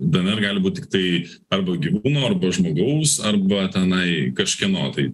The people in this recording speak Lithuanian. dnr gali būt tiktai arba gyvūno arba žmogaus arba tenai kažkieno tai